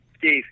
Steve